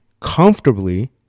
comfortably